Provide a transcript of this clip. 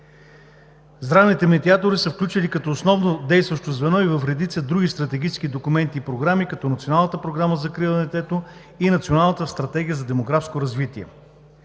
Здравните медиатори са включени като основно действащо звено и в редица други стратегически документи и програми като Националната програма за закрила на детето и Националната стратегия за демографско развитие.